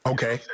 Okay